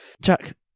Jack